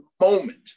moment